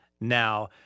now